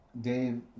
Dave